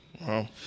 Wow